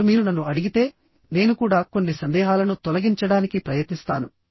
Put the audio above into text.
ఇప్పుడు మీరు నన్ను అడిగితే నేను కూడా కొన్ని సందేహాలను తొలగించడానికి ప్రయత్నిస్తాను